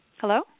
Hello